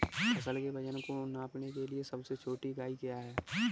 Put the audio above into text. फसल के वजन को नापने के लिए सबसे छोटी इकाई क्या है?